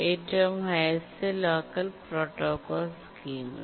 ഏറ്റവും highest locker സ്കീമിൽ